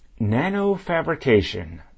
Nanofabrication